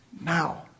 now